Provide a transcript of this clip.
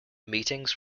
meetings